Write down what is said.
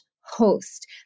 host